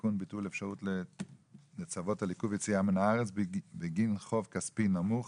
תיקון - ביטול האפשרות לצוות על עיכוב יציאה מהארץ בגין חוב כספי נמוך,